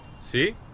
See